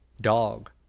dog